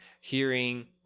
hearing